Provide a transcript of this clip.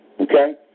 okay